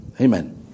Amen